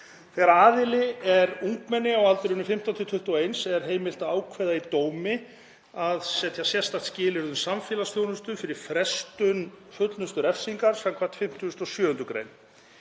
Þegar aðili er ungmenni á aldrinum 15–21 árs er heimilt að ákveða í dómi að setja sérstakt skilyrði um samfélagsþjónustu fyrir frestun fullnustu refsingar skv. 57. gr.